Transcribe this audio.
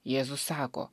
jėzus sako